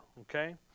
Okay